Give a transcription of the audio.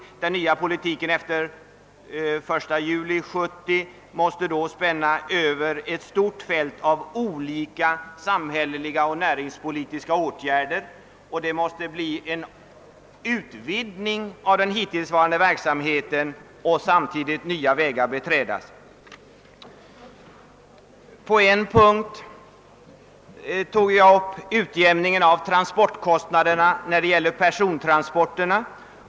Den nya politiken måste då spänna över ett stort fält av olika samhälleliga och näringspolitiska åtgärder, och en utvidgning måste ske av den hittillsvarande verksamheten och samtidigt nya vägar prövas. Den hittillsvarande verksamheten måste utvidgas, och samtidigt måste nya vägar beträdas.